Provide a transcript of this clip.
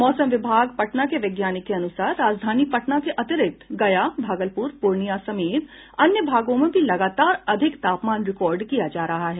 मौसम विभाग पटना के वैज्ञानिक के अनुसार राजधानी पटना के अतिरिक्त गया भागलपुर पूर्णिया समेत अन्य भागों में भी लगातार अधिक तापमान रिकॉर्ड किया जा रहा है